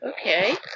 Okay